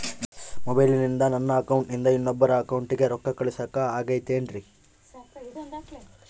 ಮೊಬೈಲಿಂದ ನನ್ನ ಅಕೌಂಟಿಂದ ಇನ್ನೊಬ್ಬರ ಅಕೌಂಟಿಗೆ ರೊಕ್ಕ ಕಳಸಾಕ ಆಗ್ತೈತ್ರಿ?